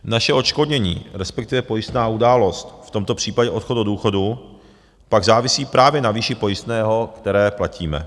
Naše odškodnění, respektive pojistná událost, v tomto případě odchod do důchodu, pak závisí právě na výši pojistného, které platíme.